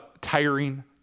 tiring